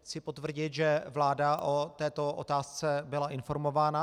Chci potvrdit, že vláda o této otázce byla informována.